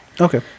Okay